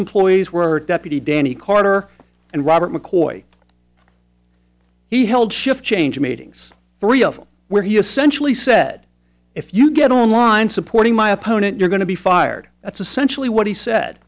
employees were deputy danny carter and robert mccoy he held shift change meetings where he essentially said if you get on line supporting my opponent you're going to be fired that's essentially what he said